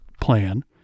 plan